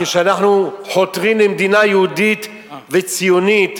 כשאנחנו חותרים למדינה יהודית וציונית,